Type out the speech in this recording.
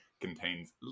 contains